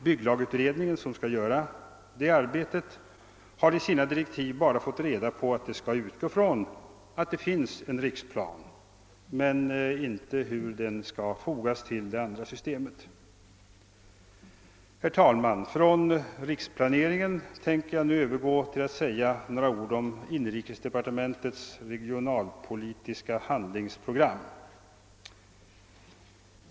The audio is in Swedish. Bygglagsutredningen som skall göra detta arbete har i sina direktiv bara fått reda på att man skall utgå ifrån att det finns en riksplan men inte hur den skall fogas till det andra systemet av planer. Herr talman! Från riksplaneringen tänker jag nu övergå till att säga några ord om inrikesdepartementets regionalpolitiska handlingsprogram.